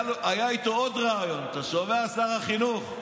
היה איתו עוד ריאיון, אתה שומע, שר החינוך?